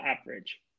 average